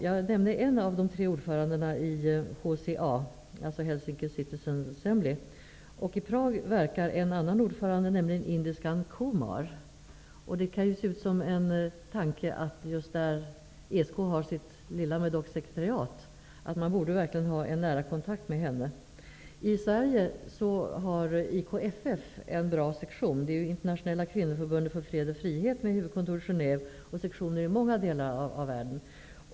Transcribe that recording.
Jag har nämnt en av de tre ordförandena i HCA, Helsinki Citizen Assembly. I Prag verkar en annan ordförande, nämligen indiskan Comar. En händelse som ser ut som en tanke är att ESK just där har sitt lilla, men dock, sekretariat. Sekretariatet borde ha en nära kontakt med denna person. I Sverige har IKFF -- Internationella kvinnoförbundet för fred och frihet, vars huvudkontor ligger i Genève -- en bra sektion. Det finns också sektioner i många andra delar av världen.